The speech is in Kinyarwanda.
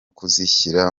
kuzishyira